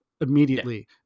immediately